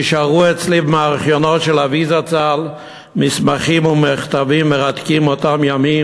נשארו אצלי מארכיונו של אבי זצ"ל מסמכים ומכתבים מרתקים מאותם ימים,